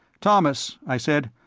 thomas, i said,